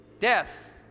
Death